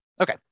Okay